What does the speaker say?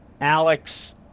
Alex